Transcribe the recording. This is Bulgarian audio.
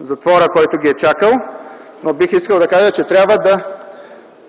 затвора, който ги е чакал. Бих искал да кажа, че трябва да